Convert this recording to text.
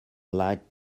light